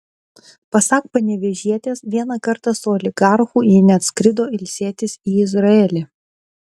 pasak panevėžietės vieną kartą su oligarchu ji net skrido ilsėtis į izraelį